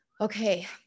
okay